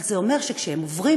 אבל זה אומר שכשהם עוברים,